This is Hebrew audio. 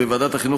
בוועדת החינוך,